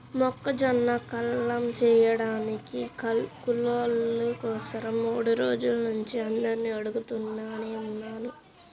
మొక్కజొన్న కల్లం చేయడానికి కూలోళ్ళ కోసరం మూడు రోజుల నుంచి అందరినీ అడుగుతనే ఉన్నా